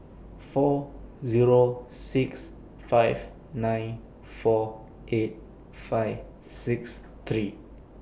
four Zero six five nine four eight five six three